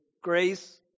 grace